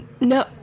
No